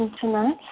tonight